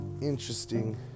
interesting